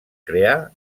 creà